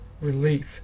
relief